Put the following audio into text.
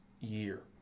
year